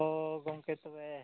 ᱦᱚᱸ ᱜᱚᱢᱠᱮ ᱛᱚᱵᱮ